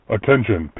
Attention